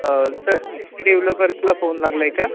sir डेव्हलपर्सला phone लागलाय का